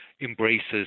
embraces